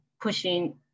pushing